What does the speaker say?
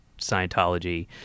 Scientology